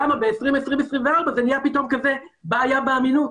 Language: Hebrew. למה ב-2024 זה נהיה פתאום בעיה באמינות?